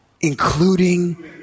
Including